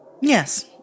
yes